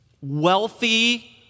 wealthy